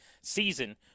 season